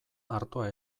artoa